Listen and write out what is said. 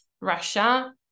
Russia